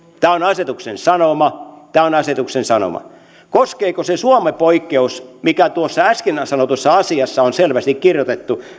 tämä on asetuksen sanoma tämä on asetuksen sanoma koskeeko se suomi poikkeus mikä tuossa äsken sanotussa asiassa on selvästi kirjoitettu